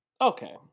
Okay